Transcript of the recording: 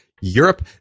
Europe